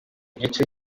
gice